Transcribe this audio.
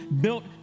built